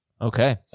Okay